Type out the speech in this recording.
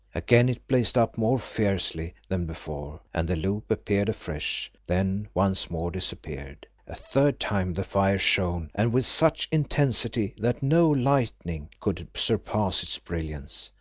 again it blazed up more fiercely than before and the loop appeared afresh, then once more disappeared. a third time the fire shone, and with such intensity, that no lightning could surpass its brilliance.